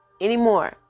anymore